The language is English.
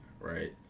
right